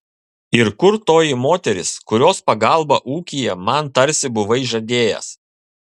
ir kur toji moteris kurios pagalbą ūkyje man tarsi buvai žadėjęs